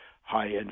high-end